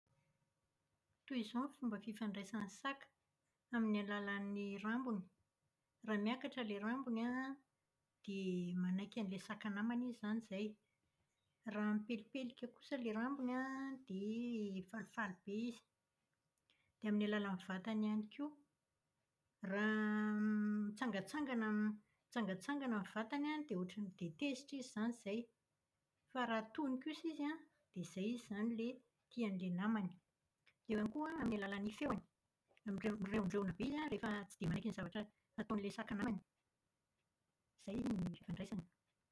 Toy izao ny fomba fifandraisan'ny saka. Amin'ny alalan'ny rambony, raha miakatra ilay rambony an, dia manaiky an'ilay saka namany izy izany izay. Raha mipelipelika kosa ilay rambony an, dia falifaly be izy. Dia amin'ny alalan'ny vatany ihany koa. Raha m- raha mitsangatsangana ny vatany an, dia ohatran- dia tezitra izy izany izay. Fa raha tony kosa izy an, dia izay izy izany no tia an'ilay namany. Eo ihany koa amin'ny alalan'ny feony. Mire- mireondreona be izy an rehefa tsy dia manaiky ny zavatra ataon'ilay saka namany. Izay ny fifandraisany.